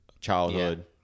childhood